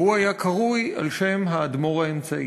והוא היה קרוי על שם האדמו"ר האמצעי,